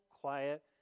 quiet